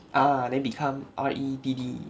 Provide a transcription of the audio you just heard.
ah then become R E D D